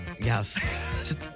Yes